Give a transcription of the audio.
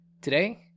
Today